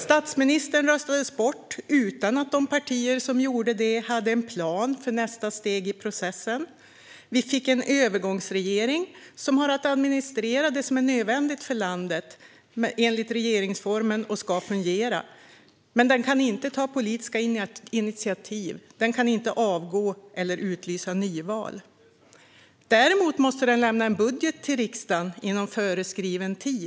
Statsministern röstades bort utan att de partier som gjorde det hade en plan för nästa steg i processen. Vi fick en övergångsregering som enligt regeringsformen har att administrera det som är nödvändigt för landet och som ska fungera. Men en övergångsregering kan inte ta politiska initiativ, den kan inte avgå och den kan inte utlysa nyval. Däremot måste den lämna en budget till riksdagen inom föreskriven tid.